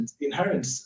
inherent